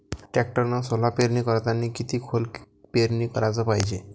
टॅक्टरनं सोला पेरनी करतांनी किती खोल पेरनी कराच पायजे?